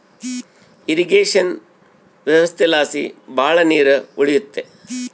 irrigation ವ್ಯವಸ್ಥೆಲಾಸಿ ಭಾಳ ನೀರ್ ಉಳಿಯುತ್ತೆ